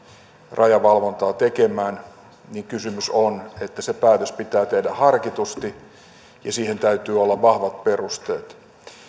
rajavalvontaa tekemään kysymys on että se päätös pitää tehdä harkitusti ja siihen täytyy olla vahvat perusteet